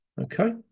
okay